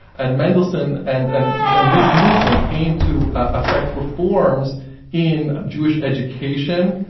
and mendelssohn and and and this movement aimed to affect reforms in jewish education,